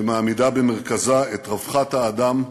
שמעמידה במרכזה את רווחת האדם,